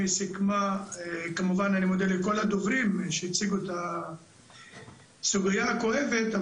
וכמובן, לכל הדוברים שהציגו את הסוגיה הכואבת.